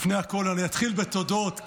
לפני הכול אני אתחיל בתודות.